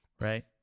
right